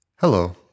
Hello